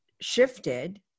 shifted